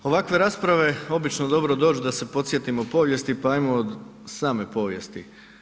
Ovakve rasprave obično dobro dođu da se podsjetimo povijesti, pa ajmo od same povijesti.